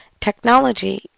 Technology